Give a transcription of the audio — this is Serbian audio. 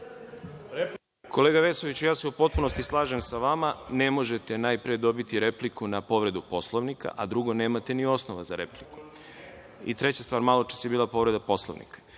Kolega Vesoviću, ja se u potpunosti slažem sa vama. Ne možete najpre dobiti repliku na povredu Poslovnika, a drugo nemate ni osnova za repliku, maločas je bila povreda Poslovnika